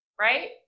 right